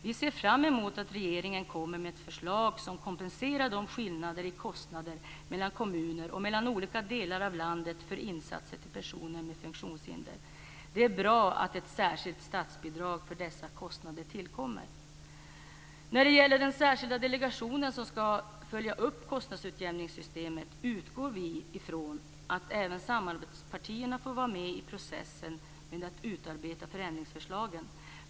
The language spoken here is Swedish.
Vi ser fram emot att regeringen kommer med ett förslag som kompenserar skillnader i kostnader mellan kommuner och mellan olika delar av landet för insatser till personer med funktionshinder. Det är bra att ett särskilt statsbidrag för dessa kostnader tillkommer. När det gäller den särskilda delegation som skall följa upp kostnadsutjämningssystemet utgår vi från att även samarbetspartierna får vara med i processen med att utarbeta förändringsförslagen.